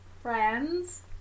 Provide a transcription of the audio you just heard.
Friends